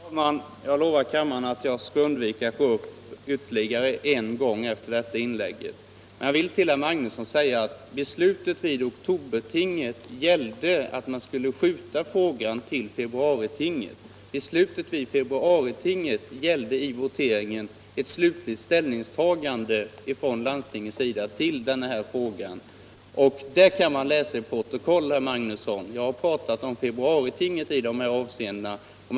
Herr talman! Jag lovar kammaren att jag skall undvika att gå upp ytterligare en gång efter detta inlägg. Jag vill emellertid till herr Magnusson i Nennesholm säga att beslutet vid oktobertinget gällde att man skulle skjuta frågan till februaritinget. Beslutet vid februaritinget gällde ett slutligt ställningstagande av landstinget till denna fråga. Det kan man läsa i protokollet, herr Magnusson. Jag har väl hela tiden talat om februaritinget.